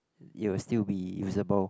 it will still be usable